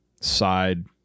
side